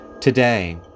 Today